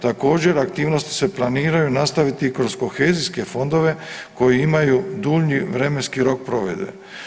Također aktivnosti se planiraju nastaviti kroz kohezijske fondove koji imaju dulji vremenski rok provedbe.